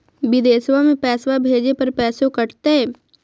बिदेशवा मे पैसवा भेजे पर पैसों कट तय?